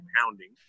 pounding